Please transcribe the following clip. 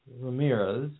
Ramirez